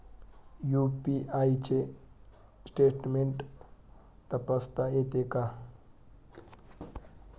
UPI चे statement तपासता येते का?